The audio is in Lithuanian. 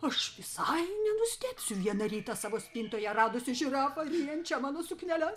aš visai nenustebsiu vieną rytą savo spintoje radusi žirafą ryjančią mano sukneles